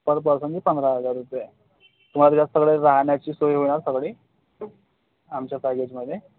पर पर्सनचे पंधरा हजार रुपये तुम्हाला जास्त वेळ राहण्याची सोय मिळणार सगळी आमच्या पॅकेजमध्ये